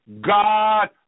God